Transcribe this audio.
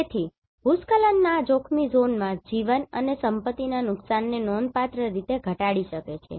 તેથી ભૂસ્ખલન ના જોખમી ઝોનમા જીવન અને સંપત્તિના નુકસાનને નોંધપાત્ર રીતે ઘટાડી શકે છે